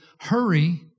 hurry